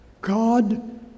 God